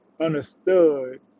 understood